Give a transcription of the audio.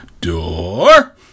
door